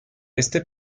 este